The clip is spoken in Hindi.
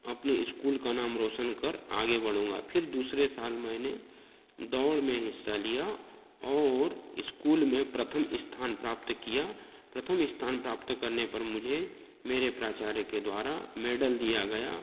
अपने स्कूल का नाम रौशन कर आगे बढ़ूँगा फिर दूसरे साल मैंने दौड़ में हिस्सा लिया और स्कूल में प्रथम स्थान प्राप्त किया प्रथम स्थान प्राप्त करने पर मुझे मेरे प्राचार्य के द्वारा मेडल दिया गया